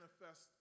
manifest